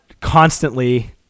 constantly